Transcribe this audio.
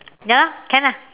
ya lah can ah